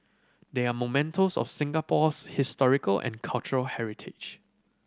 they are mementos of Singapore's historical and cultural heritage